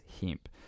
hemp